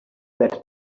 that